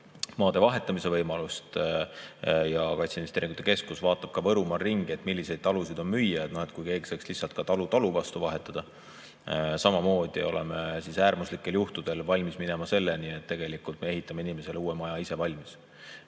maade vahetamise võimalust ja kaitseinvesteeringute keskus vaatab ka Võrumaal ringi, milliseid talusid on müüa, kui keegi tahaks lihtsalt talu talu vastu vahetada. Samamoodi oleme äärmuslikel juhtudel valmis minema selleni, et me ehitame inimesele uue maja ise valmis.